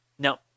No